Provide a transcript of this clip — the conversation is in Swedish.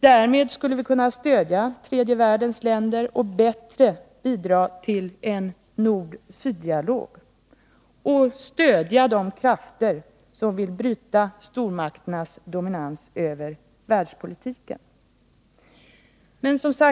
Därmed skulle vi kunna stödja tredje världens länder och bättre bidra till en nord-syd-dialog och stödja de krafter som vill bryta stormakternas dominans över världspolitiken.